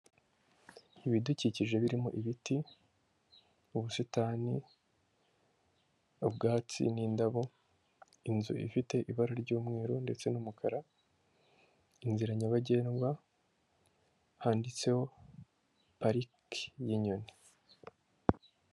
Ibidukikije birimo ibiti, ubusitani, ubwatsi n'indabo, inzu ifite ibara ry'umweru ndetse n'umukara, inzira nyabagendwa, handitseho pariki y'inyoni.